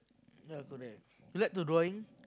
yea correct you like do drawing